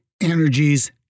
energies